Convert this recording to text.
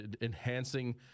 enhancing